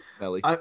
Ellie